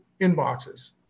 inboxes